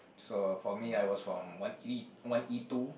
so for me I was from one E one E two